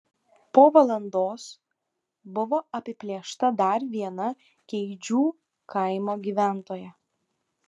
po valandos buvo apiplėšta dar viena keidžių kaimo gyventoja